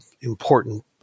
important